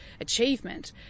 achievement